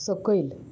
सकयल